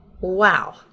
wow